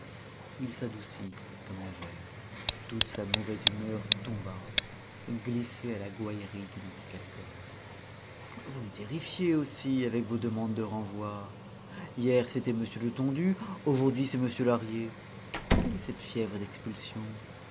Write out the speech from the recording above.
il s'adoucit comme la veille toute sa mauvaise humeur tomba glissée à la gouaillerie d'une amicale querelle vous me terrifiez aussi avec vos demandes de renvoi hier c'était m letondu aujourd'hui c'est m lahrier quelle est cette fièvre d'expulsion